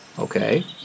Okay